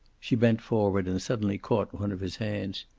she bent forward and suddenly caught one of his hands.